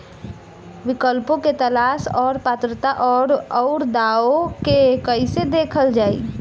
विकल्पों के तलाश और पात्रता और अउरदावों के कइसे देखल जाइ?